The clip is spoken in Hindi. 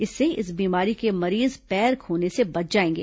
इससे इस बीमारी के मरीज पैर खोने से बच जाएंगे